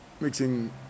mixing